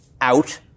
out